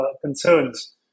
concerns